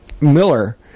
Miller